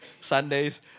Sundays